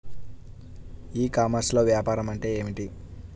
ఈ కామర్స్లో వ్యాపారం అంటే ఏమిటి?